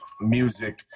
music